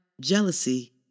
jealousy